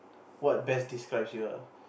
what best describes you ah